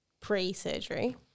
pre-surgery